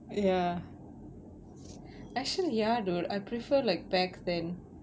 ya actually ya dude I prefer like back then